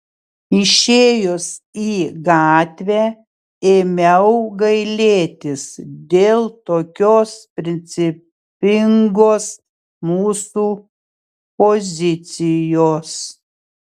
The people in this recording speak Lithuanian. išėjus į gatvę ėmiau gailėtis dėl tokios principingos mūsų pozicijos